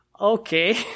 Okay